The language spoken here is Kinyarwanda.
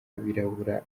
abirabura